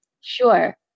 Sure